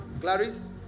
Clarice